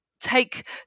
take